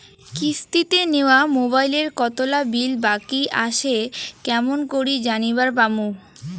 কিস্তিতে নেওয়া মোবাইলের কতোলা বিল বাকি আসে কেমন করি জানিবার পামু?